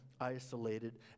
isolated